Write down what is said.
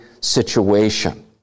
situation